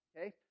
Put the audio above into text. okay